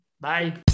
Bye